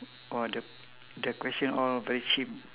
!wah! the the question all very chim